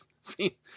See